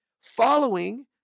following